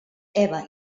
eva